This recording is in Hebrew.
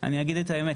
אני אגיד את האמת,